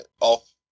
off